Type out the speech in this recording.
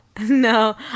No